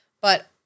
But-